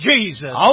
Jesus